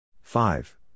five